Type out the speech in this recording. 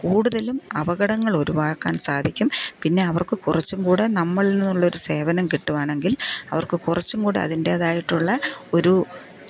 കൂടുതലും അപകടങ്ങൾ ഒഴിവാക്കാൻ സാധിക്കും പിന്നെ അവർക്ക് കുറച്ചും കൂടെ നമ്മളിൽ നിന്നൊരു സേവനം കിട്ടുവാണെങ്കിൽ അവർക്ക് കുറച്ചുകൂടെ അതിൻ്റേതായിട്ടുള്ള ഒരു